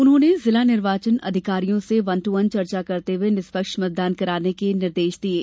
उन्होंने जिला अधिकारियों से वन टू वन चर्चा करते हुए निष्पक्ष मतदान कराने के निर्देश दिये